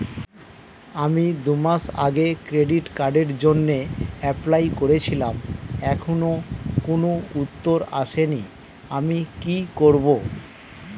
আমি দুমাস আগে ক্রেডিট কার্ডের জন্যে এপ্লাই করেছিলাম এখনো কোনো উত্তর আসেনি আমি কি করব?